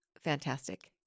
fantastic